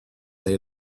they